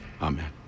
Amen